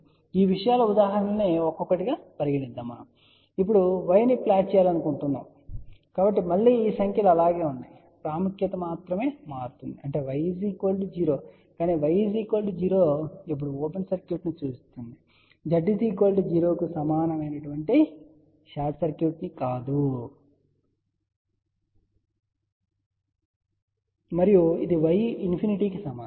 కాబట్టి ఈ విషయాల ఉదాహరణలను ఒక్కొక్కటిగా పరిగణించుదాము మనం ఇప్పుడు Y ను ప్లాట్ చేయాలనుకుంటున్నాము కాబట్టి మళ్ళీ ఈ సంఖ్యలు అలాగే ఉన్నాయి ప్రాముఖ్యత మాత్రమే మారుతుంది అంటే Y 0 కానీ Y 0 ఇప్పుడు ఓపెన్ సర్క్యూట్ ను సూచిస్తుంది Z 0 కు సమానమైన షార్ట్ సర్క్యూట్ ను కాదు మరియు ఇది Y ఇన్ఫినిటీ కి సమానం